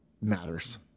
matters